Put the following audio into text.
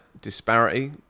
disparity